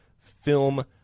film